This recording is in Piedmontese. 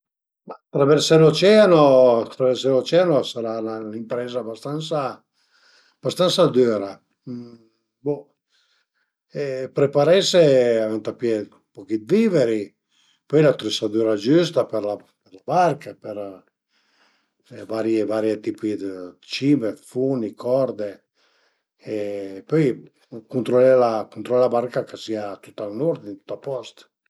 Ma traversé l'oceano traversé l'oceano a sarà ün'impreza abastansa abastansa düra bo preparese venta pìé ën poch dë viveri pöi l'atresadüra giüsta për la barca për varie varie tipi dë cime, funi, corde e põi cuntrulé la cuntrulé la barca ch'a sia tüt ën urdin, tüt a post